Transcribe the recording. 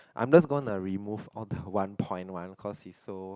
I'm just gonna remove all the one point one cause it's so